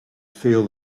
feel